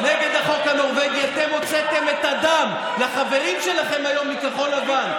נגד החוק הנורבגי אתם הוצאתם את הדם לחברים שלכם היום מכחול לבן.